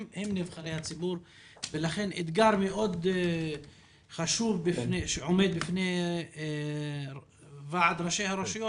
הם נבחרי הציבור ולכן האתגר המאוד חשוב שעומד בפני ועד ראשי הרשויות